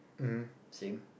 mmhmm same